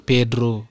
Pedro